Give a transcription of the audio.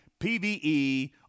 PvE